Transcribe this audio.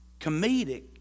comedic